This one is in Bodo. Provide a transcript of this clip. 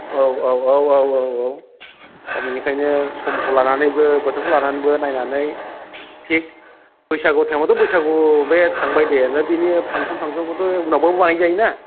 औ औ औ औ औ दा बिनिखायनो समखौ लानानैबो बोथोरखौ लानानैबो नायनानै थिख बैसागु टाइमआवथ' बैसागु बे थांबाय दे दा बिनि फांसन थांसनखौथ' उनावबो बानाय जायो ना